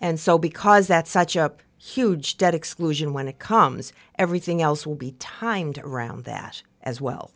and so because that such up huge debt exclusion when it comes everything else will be time to round that as well